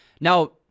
Now